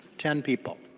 ten people.